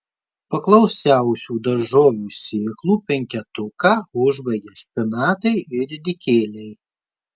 paklausiausių daržovių sėklų penketuką užbaigia špinatai ir ridikėliai